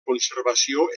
conservació